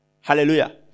Hallelujah